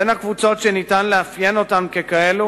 בין הקבוצות שניתן לאפיין אותן ככאלה